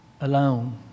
Alone